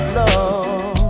love